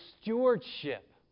stewardship